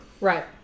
Right